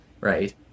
right